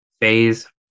phase